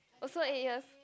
also eight years